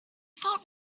felt